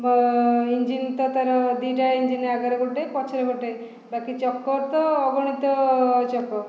engine ତ ତା'ର ଦୁଇଟା ଇଞ୍ଜିନ୍ ଆଗରେ ଗୋଟେ ପଛରେ ଗୋଟେ ବାକି ଚକ ତ ଅଗଣିତ ଚକ